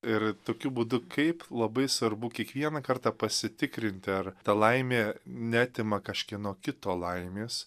ir tokiu būdu kaip labai svarbu kiekvieną kartą pasitikrinti ar ta laimė neatima kažkieno kito laimės